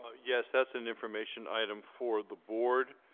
yes that's an information item for the board.